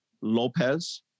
Lopez